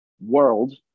world